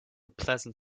pleasant